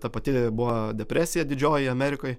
ta pati buvo depresija didžioji amerikoj